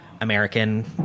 American